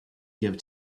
give